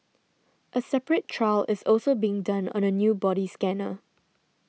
a separate trial is also being done on a new body scanner